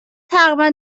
تقریبا